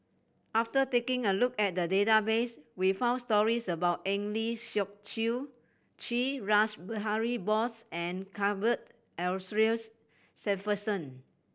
after taking a look at the database we found stories about Eng Lee Seok Chee Rash Behari Bose and Cuthbert Aloysius Shepherdson